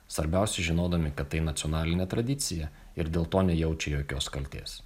svarbiausia žinodami kad tai nacionalinė tradicija ir dėl to nejaučia jokios kaltės